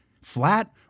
Flat